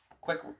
quick